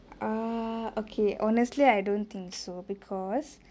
err okay honestly I don't think so because